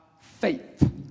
faith